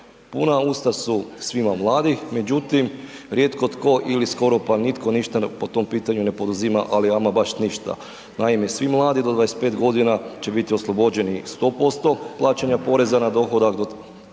Puna usta su svima Vladi međutim rijetko ili skoro pa nitko ništa po tom pitanju ne poduzima ali ama baš ništa. Naime, svi mladi do 25 g. će biti oslobođeni 100% plaćanja poreza na dohodak